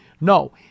No